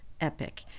epic